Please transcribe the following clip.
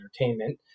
entertainment